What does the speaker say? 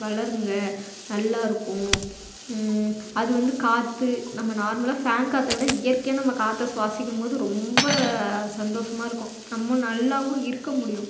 வளருங்கள் நல்லாயிருக்கும் அது வந்து காற்று நம்ம நார்மலாக ஃபேன் காற்றைவிட இயற்கையாக நம்ம காற்றை சுவாசிக்கும் போது ரொம்ப சந்தோஷமாக இருக்கும் நம்ம நல்லாவும் இருக்க முடியும்